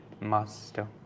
master